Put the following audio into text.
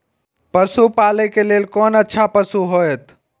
पशु पालै के लेल कोन अच्छा पशु होयत?